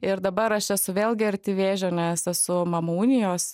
ir dabar aš esu vėlgi arti vėžio nes esu mamų unijos